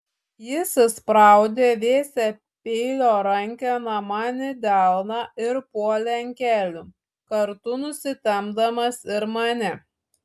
jis įspraudė vėsią peilio rankeną man į delną ir puolė ant kelių kartu nusitempdamas ir mane